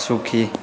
सुखी